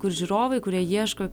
kur žiūrovai kurie ieško